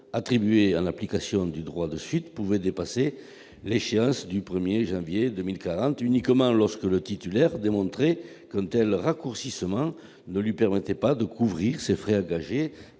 attribuées en application du droit de suite pourrait dépasser l'échéance du 1 janvier 2040 uniquement si le titulaire démontrait qu'un tel raccourcissement l'empêcherait de couvrir les frais engagés